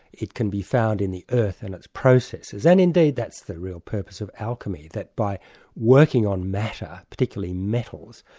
it can be found in the earth and its processes, and indeed that's the real purpose of alchemy, that by working on matter, matter, particularly metals,